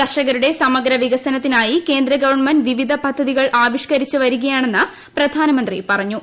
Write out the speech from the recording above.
കർഷകരുടെ സമഗ്ര വികസനത്തിനായി കേന്ദ്രഗവൺമെന്റ് വിവിധ പദ്ധതികൾ ആവിഷ്കരിച്ച് വരികയാണെന്ന് പ്രധാനമന്ത്രി പറഞ്ഞു